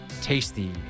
Tasty